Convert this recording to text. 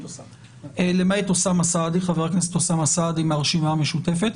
למעט חבר הכנסת אוסאמה סעדי מהרשימה המשותפת.